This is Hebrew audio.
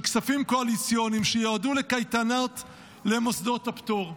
כספים קואליציוניים שיועדו לקייטנות למוסדות הפטור.